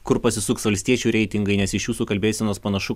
kur pasisuks valstiečių reitingai nes iš jūsų kalbėsenos panašu